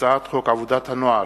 הצעת חוק עבודת הנוער